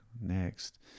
next